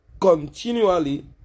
continually